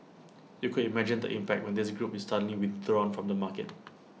you could imagine the impact when this group is suddenly withdrawn from the market